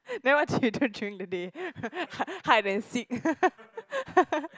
then what you do during the day hide and seek